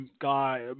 guy